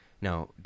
Now